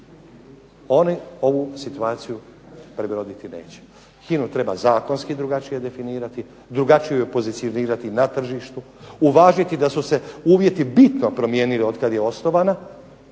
Oni ovu situaciju prebroditi neće. HINA-u treba zakonski drugačije definirati, drugačije je pozicionirati na tržištu, uvažiti da su se uvjeti bitno promijenili od kada je osnovana,